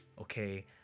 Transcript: okay